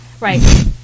Right